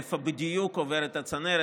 איפה בדיוק עוברת הצנרת,